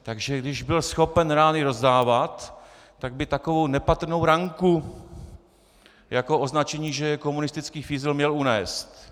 Takže když byl schopen rány rozdávat, tak by takovou nepatrnou ranku jako označení, že je komunistický fízl, měl unést.